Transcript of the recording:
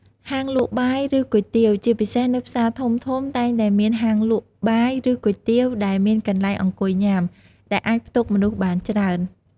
ហាងលក់បាយ ឬគុយទាវ ជាពិសេសនៅផ្សារធំៗ តែងតែមានហាងលក់បាយ ឬគុយទាវដែលមានកន្លែងអង្គុយញ៉ាំ ដែលអាចផ្ទុកមនុស្សបានច្រើន។